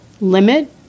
limit